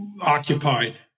occupied